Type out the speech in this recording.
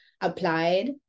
applied